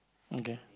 okay